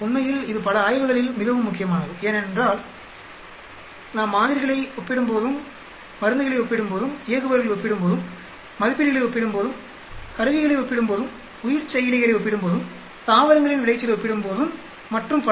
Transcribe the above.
உண்மையில் இது பல ஆய்வுகளில் மிகவும் முக்கியமானது எங்கென்றால் நாம் மாதிரிகளை ஒப்பிடும்போதும் மருந்துகளை ஒப்பிடும்போதும் இயக்குபவர்களை ஒப்பிடும்போதும் மதிப்பீடுகளை ஒப்பிடும்போதும் கருவிகளை ஒப்பிடும்போதும் உயிர்செயலிகளை ஒப்பிடும்போதும் தாவரங்களின் விளைச்சலை ஒப்பிடும்போதும் மற்றும் பல